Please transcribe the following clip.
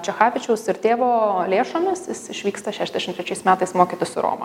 čechavičiaus ir tėvo lėšomis jis išvyksta šešdešim trečiais metais mokytis į romą